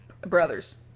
brothers